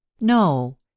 No